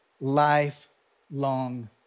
lifelong